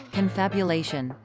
Confabulation